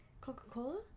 Coca-Cola